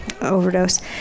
overdose